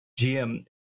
GM